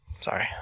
Sorry